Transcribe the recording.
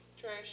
Trash